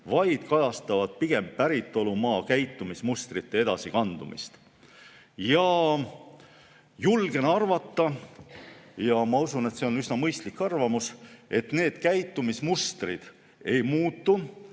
vaid kajastavad pigem päritolumaa käitumismustrite edasikandumist. Julgen arvata – ja ma usun, et see on üsna mõistlik arvamus –, et need käitumismustrid ei muutu